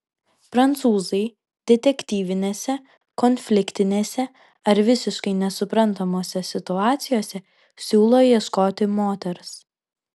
prancūzai detektyvinėse konfliktinėse ar visiškai nesuprantamose situacijose siūlo ieškoti moters